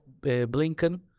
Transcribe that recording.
Blinken